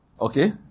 Okay